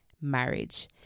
marriage